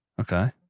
Okay